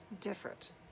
different